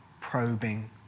probing